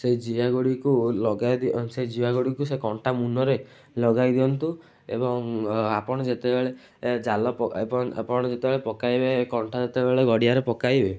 ସେଇ ଜିଆଗୁଡ଼ିକୁ ଲଗାଇଦିଅ ସେ ଜିଆଗୁଡ଼ିକୁ ସେ କଣ୍ଟା ମୁନରେ ଲଗାଇ ଦିଅନ୍ତୁ ଏବଂ ଆପଣ ଯେତେବେଳେ ଏ ଜାଲ ଏବଂ ପକାଇ ଆପଣ ଯେତେବେଳେ ପକାଇବେ କଣ୍ଟା ଯେତେବେଳେ ଗଡ଼ିଆରେ ପକାଇବେ